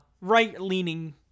right-leaning